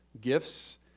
gifts